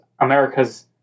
America's